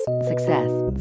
success